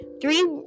Three